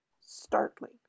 startling